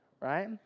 right